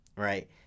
Right